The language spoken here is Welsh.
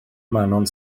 manon